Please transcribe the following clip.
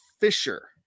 Fisher